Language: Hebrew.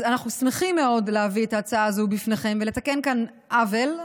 אנחנו שמחים מאוד להביא את ההצעה הזו בפניכם ולתקן כאן עוול,